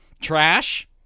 Trash